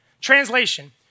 Translation